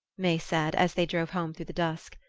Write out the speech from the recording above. may said as they drove home through the dusk.